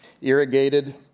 irrigated